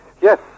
yes